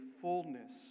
fullness